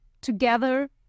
together